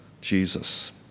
Jesus